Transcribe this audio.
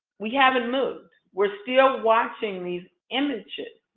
we haven't moved. we're still watching these images.